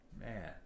man